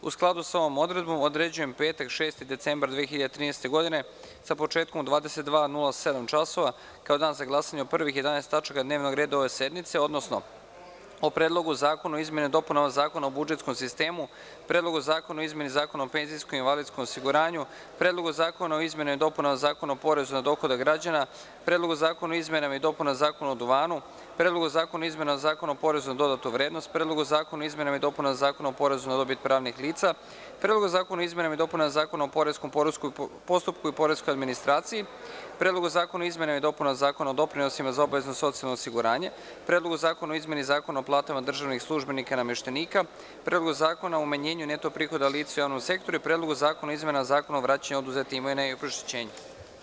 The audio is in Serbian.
U skladu sa ovom odredbom, određujem petak, 6. decembar 2013. godine, sa početkom u 22,07 časova kao Dan za glasanje o prvih 11 tačaka dnevnog reda ove sednice, odnosno o: Predlogu zakona o izmenama i dopunama Zakona o budžetskom sistemu, Predlogu zakona o izmeni Zakona o penzijskom i invalidskom osiguranju, Predlogu zakona o izmenama i dopunama Zakona o porezu na dohodak građana, Predlogu zakona o izmenama i dopunama Zakona o duvanu, Predlogu zakona o izmenama Zakona o porezu na dodatu vrednost, Predlogu zakona o izmenama i dopunama Zakona o porezu na dobit pravnih lica, Predlogu zakona o izmenama i dopunama Zakona o poreskom postupku i poreskoj administraciji, Predlogu zakona o izmenama i dopunama Zakona o doprinosima za obavezno socijalno osiguranje, Predlogu zakona o izmeni Zakona o platama državnih službenika i nameštenika, Predlogu zakona o umanjenju neto prihoda lica u javnom sektoru i Predlogu zakona o izmenama Zakona o vraćanju oduzete imovine i obeštećenju.